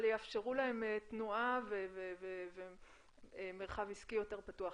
אבל יאפשרו להם תנועה ומרחב עסקי יותר פתוח.